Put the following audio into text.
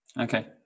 Okay